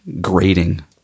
grading